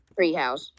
Treehouse